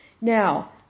Now